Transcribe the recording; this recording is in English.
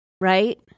right